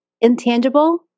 intangible